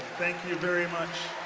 thank you very much.